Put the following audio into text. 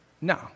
No